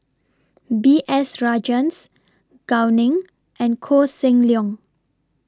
B S Rajhans Gao Ning and Koh Seng Leong